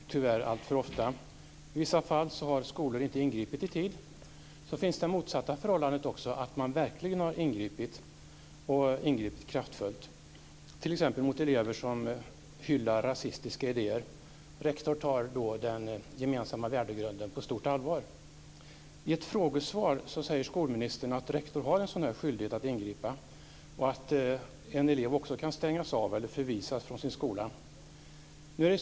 Fru talman! Jag vill ställa en fråga till skolminister Ingegerd Wärnersson. Mobbning i skolan förekommer tyvärr alltför ofta. I vissa fall har skolor inte ingripit i tid. Sedan finns det motsatta förhållandet där man verkligen har ingripit kraftfullt, t.ex. mot elever som hyllar rasistiska idéer. Rektor tar då den gemensamma värdegrunden på stort allvar. I ett frågesvar säger skolministern att rektor har en skyldighet att ingripa och att en elev kan stängas av eller förvisas från sin skola.